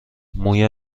موی